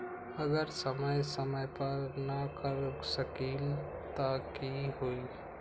अगर समय समय पर न कर सकील त कि हुई?